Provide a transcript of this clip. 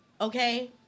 Okay